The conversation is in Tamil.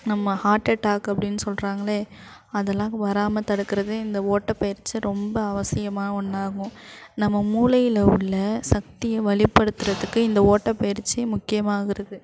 நம்ம ஹார்ட் அட்டாக் அப்படின்னு சொல்கிறாங்களே அதெல்லாம் வராமல் தடுக்கிறது இந்த ஓட்ட பயிற்சி ரொம்ப அவசியமான ஒன்றாகும் நம்ம மூளையில் உள்ள சக்தியை வலிப்படுத்துறதுக்கு இந்த ஓட்டப்பயிற்சி முக்கியமாக இருக்குது